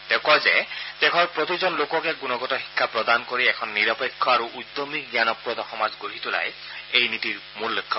তেওঁ কয় যে দেশৰ প্ৰতিজন লোককে গুণগত শিক্ষা প্ৰদান কৰি এখন নিৰপেক্ষ আৰু উদ্যমি জ্ঞানপ্ৰদ সমাজ গঢ়ি তোলাই এই নীতিৰ মূল লক্ষ্য